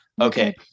Okay